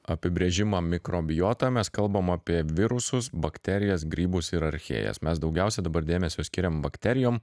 apibrėžimą mikrobiota mes kalbam apie virusus bakterijas grybus ir archėjas mes daugiausia dabar dėmesio skiriam bakterijom